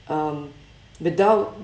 um without